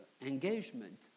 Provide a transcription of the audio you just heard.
engagement